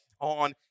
on